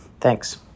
Thanks